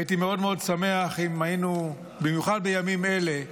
הייתי מאוד מאוד שמח אם במיוחד בימים אלה,